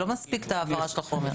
לא מספיק את העברה של החומר.